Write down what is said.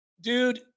Dude